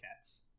cats